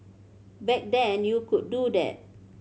back then you could do that